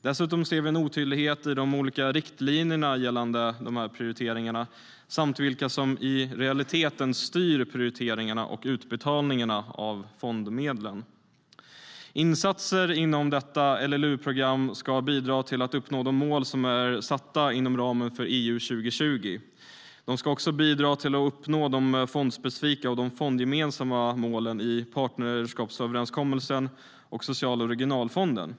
Vi ser också en otydlighet i de olika riktlinjerna för prioriteringarna samt för vilka som i realiteten styr prioriteringarna och utbetalningarna av fondmedlen. Insatser inom LLU-programmet ska bidra till att de mål som är satta inom ramen för EU 2020 uppnås. De ska också bidra till att de fondspecifika och fondgemensamma målen i partnerskapsöverenskommelsen, socialfonden och regionalfonden uppnås.